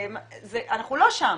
אנחנו לא שם.